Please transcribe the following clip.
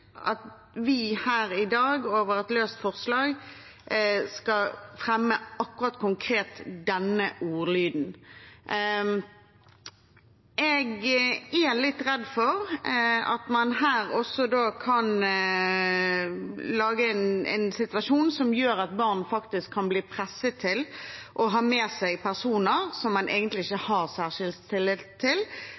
at vi i et løst forslag her i dag skal fremme akkurat denne ordlyden. Jeg er litt redd for at man da kan lage en situasjon som gjør at barn faktisk kan bli presset til å ha med seg personer som man egentlig ikke har særskilt tillit til, at man kan bli presset til